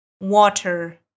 Water